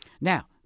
Now